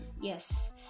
yes